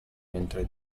mentre